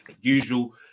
usual